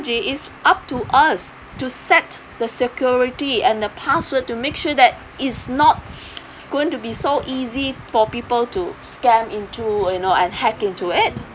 technology it's up to us to set the security and the password to make sure that it's not going to be so easy for people to scam into you know and hack into it